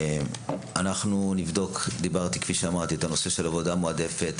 נבדוק את הנושא של עבודה מועדפת,